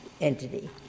entity